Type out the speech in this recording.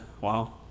Wow